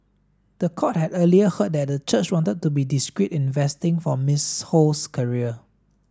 the court had earlier heard that the church wanted to be discreet in investing for Miss Ho's career